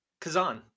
Kazan